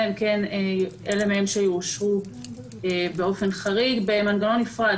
מלבד אלה מהם באופן חריג במנגנון נפרד.